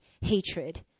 hatred